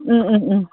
अ अ अ